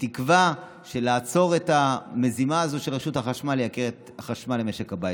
בתקווה לעצור את המזימה הזאת של רשות החשמל לייקר את החשמל למשק הבית.